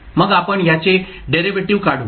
मग आपण ह्याचे डेरिव्हेटिव्ह् काढू